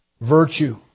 virtue